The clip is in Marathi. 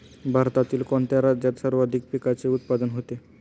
भारतातील कोणत्या राज्यात सर्वाधिक पिकाचे उत्पादन होते?